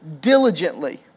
diligently